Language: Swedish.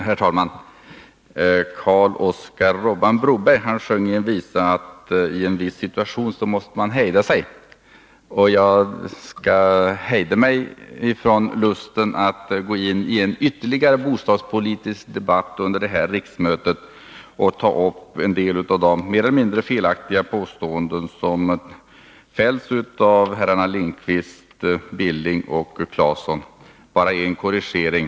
Herr talman! Karl-Oskar Robban Broberg sjöng i en visa att i en viss situation måste man hejda sig. Jag skall hejda mig från lusten att gå in i en ytterligare bostadspolitisk debatt under det här riksmötet och ta upp en del av de mer eller mindre felaktiga påståenden som framförts av herrarna Lindkvist, Billing och Claeson. Jag skall bara göra en korrigering.